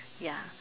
ya